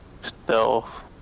stealth